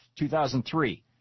2003